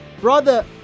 Brother